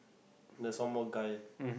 there's one more guy